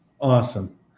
Awesome